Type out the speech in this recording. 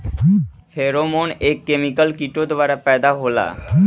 Pheromone एक chemical किटो द्वारा पैदा होला का?